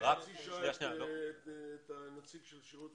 זה לא רלוונטי לשנה-שנתיים ראשונות.